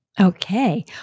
Okay